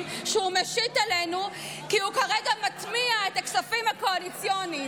שהוא משית עלינו כי הוא כרגע מטמיע את הכספים הקואליציוניים.